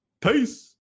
peace